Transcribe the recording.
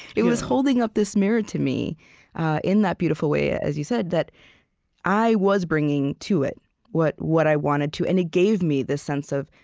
it was holding up this mirror to me in that beautiful way, as you said, that i was bringing to it what what i wanted to, and it gave me the sense of,